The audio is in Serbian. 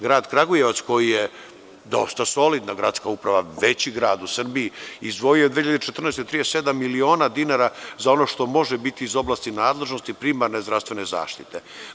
Grad Kragujevac koji je dosta solidna gradska uprava, veći grad u Srbiji, izdvojio je u 2014. godini 37 miliona dinara za ono što može biti iz oblasti nadležnosti, primarne zdravstvene zaštite.